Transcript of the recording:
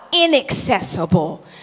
inaccessible